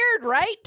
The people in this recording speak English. right